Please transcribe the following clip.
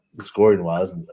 scoring-wise